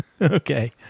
Okay